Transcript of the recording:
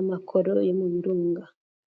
amakoro yo mu birunga.